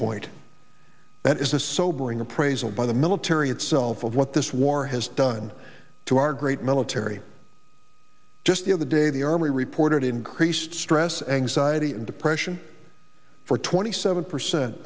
point that is a sobering appraisal by the military itself of what this war has done to our great military just the other day the army reported increased stress anxiety and depression for twenty seven percent